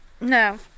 no